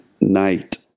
night